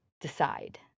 decide